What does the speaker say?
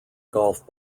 golf